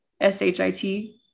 S-H-I-T